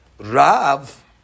Rav